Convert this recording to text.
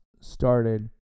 started